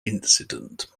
incident